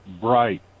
bright